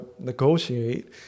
negotiate